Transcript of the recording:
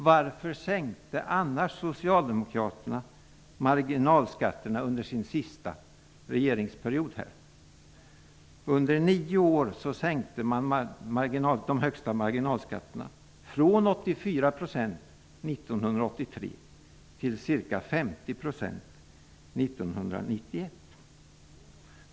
Varför sänkte annars socialdemokraterna marginalskatterna under sin senaste regeringsperiod från 84 % 1983 till ca 50 % 1991?